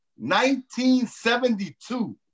1972